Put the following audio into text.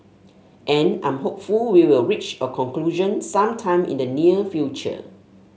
and I'm hopeful we will reach a conclusion some time in the near future